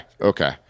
okay